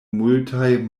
multaj